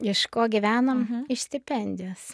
iš ko gyvenom iš stipendijos